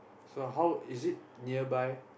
so how is it nearby